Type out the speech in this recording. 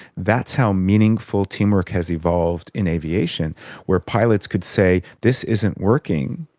that's how meaningful teamwork has evolved in aviation where pilots could say this isn't working,